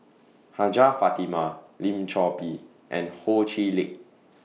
Hajjah Fatimah Lim Chor Pee and Ho Chee Lick